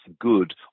good